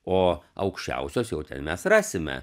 o aukščiausios jau ten mes rasime